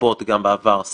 ועוד מילה אני אתן לך להגיד,